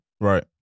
Right